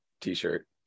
t-shirt